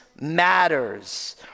matters